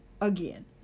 again